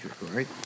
right